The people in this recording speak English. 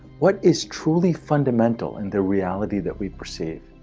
what is truly fundamental in the reality that we perceive?